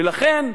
ולכן,